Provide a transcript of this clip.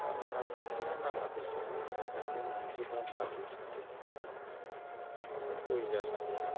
दाथ' नाङा देसुन हाइजें हाल्दै बा फाथै साथै बेफोरखौ उनाव ओइ गय जासान्दि